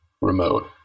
remote